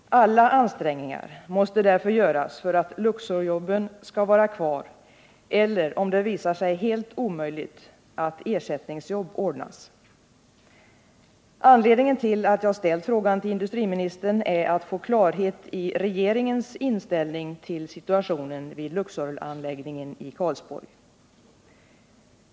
Alla ansträngningar måste därför göras för att Luxorjobben skall vara kvar eller, om det visar sig helt omöjligt, att ersättningsjobb ordnas. Anledningen till att jag ställt frågan till industriministern är att få klarhet i regeringens inställning till situationen vid Luxoranläggningen i Karlsborg.